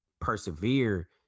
persevere